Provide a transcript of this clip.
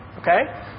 okay